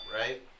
right